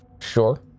sure